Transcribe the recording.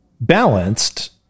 balanced